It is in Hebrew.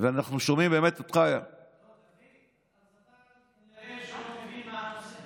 ואנחנו שומעים באמת אותך, שלא מבין מה הנושא.